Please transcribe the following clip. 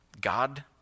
God